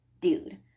dude